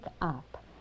up